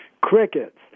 crickets